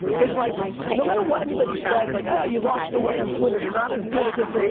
is like no matter what anybody says, like, oh, you lost your way on twitter, you're not as good as this. ah